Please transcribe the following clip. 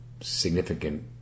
significant